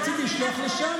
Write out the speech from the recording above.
כי רציתי לשלוח לשם,